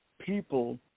people